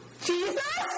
Jesus